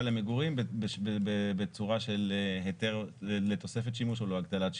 למגורים בצורה של היתר לתוספת שימוש ולהגדלת שימוש.